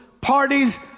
parties